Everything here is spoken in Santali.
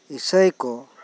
ᱤᱥᱟᱹᱭ ᱠᱩ